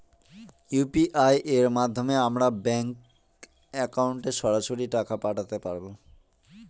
UPI এর মাধ্যমে আমরা ব্যাঙ্ক একাউন্টে সরাসরি টাকা পাঠাতে পারবো?